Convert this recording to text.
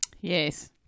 Yes